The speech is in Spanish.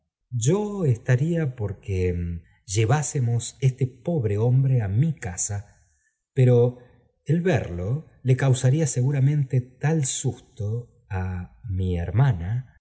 yo estaría porque llevásemos este pobre hombre á mi casa pero el verlo le causaría seguramente tal susto á mi hermana